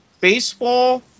Baseball